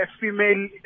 female